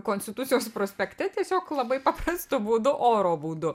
konstitucijos prospekte tiesiog labai paprastu būdu oro būdu